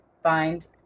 find